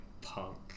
punk